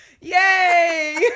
Yay